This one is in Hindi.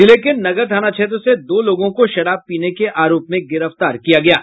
जिले के नगर थाना क्षेत्र से दो लोगों को शराब पीने के आरोप में गिरफ्तार किया गया है